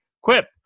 Quip